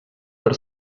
per